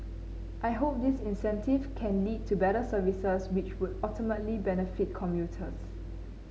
I hope this incentive can lead to better services which would ultimately benefit commuters